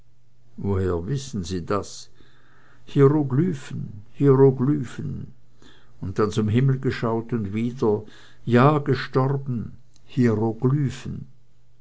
woher wissen sie das hieroglyphen hieroglyphen und dann zum himmel geschaut und wieder ja gestorben hieroglyphen